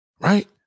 Right